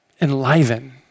enliven